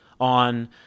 on